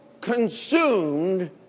consumed